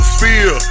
fear